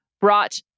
brought